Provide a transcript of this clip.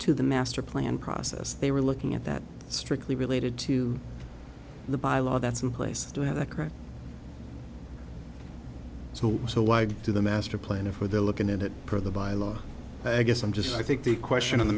to the master plan process they were looking at that strictly related to the bylaw that's in place to have a crack so so like to the master plan of where they're looking at it for the by law i guess i'm just i think the question of the